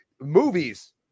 movies